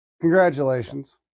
Congratulations